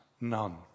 none